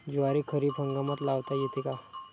ज्वारी खरीप हंगामात लावता येते का?